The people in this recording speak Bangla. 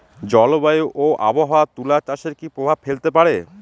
জলবায়ু ও আবহাওয়া তুলা চাষে কি প্রভাব ফেলতে পারে?